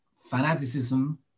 fanaticism